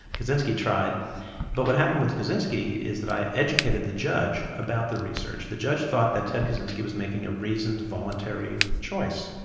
but kaczynski tried but what happened with kaczynski is that i educated the judge about the research. the judge thought that ted kaczynski was making a reasoned voluntary choice,